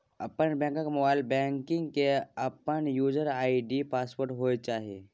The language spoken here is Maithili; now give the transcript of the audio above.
एप्प बैंकिंग, मोबाइल बैंकिंग के अपन यूजर आई.डी पासवर्ड होय चाहिए